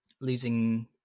losing